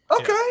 Okay